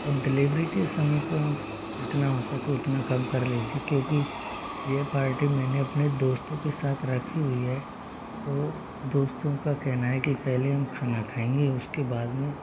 और डिलेवरी के समय को हम जितना हो सके उतना कम कर लीजिए क्योंकि ये पार्टी मैंने अपने दोस्तों के साथ रखी हुई है तो दोस्तों का कहना है कि पहले हम खाना खाएंगे उसके बाद में